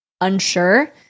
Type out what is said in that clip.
unsure